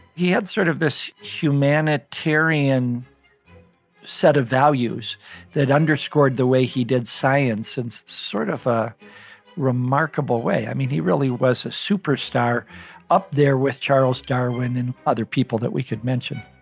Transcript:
he had sort of this humanitarian set of values that underscored the way he did science in sort of a remarkable way. i mean, he really was a superstar up there with charles darwin and other people that we could mention